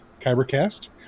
KyberCast